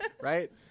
right